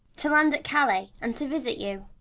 to land at callis, and to visit you.